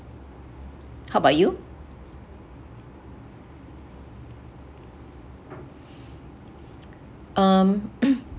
how about you um